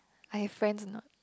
I have friends or not